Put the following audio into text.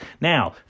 Now